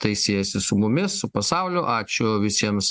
tai siejasi su mumis su pasauliu ačiū visiems